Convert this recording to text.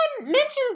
mentions